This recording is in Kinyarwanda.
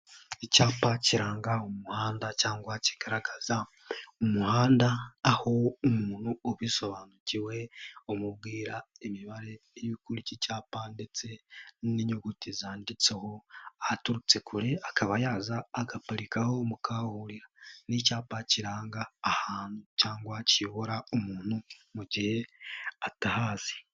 Icyapa kiranga umuhanda cyangwa kigaragaza umuhanda aho umuntu ubisobanukiwe amubwira imibare iri kuri iki cyapa ndetse n'inyuguti zanditseho aturutse kure akaba yaza agaparikaho, ni icyapa kiranga ahantu cyangwa kiyobora umuntu mu gihe atahazi.